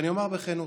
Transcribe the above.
ואני אומר בכנות